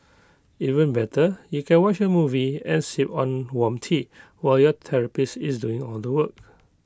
even better you can watch A movie and sip on warm tea while your therapist is doing all the work